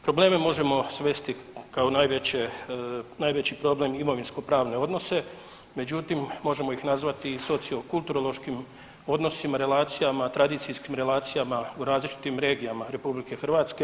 Probleme možemo svesti kao najveće, najveći problem imovinskopravne odnose, međutim možemo ih nazvati i sociokulturološkim odnosima, relacijama, tradicijskim relacijama u različitim regijama RH.